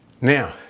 now